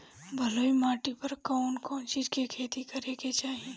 बलुई माटी पर कउन कउन चिज के खेती करे के चाही?